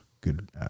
Good